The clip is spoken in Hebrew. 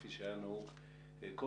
כפי שהיה נהוג קודם,